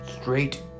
straight